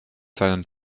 seinen